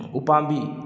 ꯎꯄꯥꯝꯕꯤ